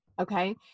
Okay